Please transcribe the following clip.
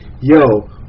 yo